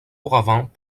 auparavant